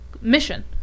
mission